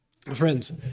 Friends